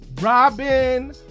Robin